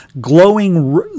glowing